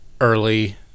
early